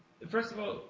first of all,